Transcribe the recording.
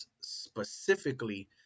specifically